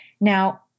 Now